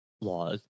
laws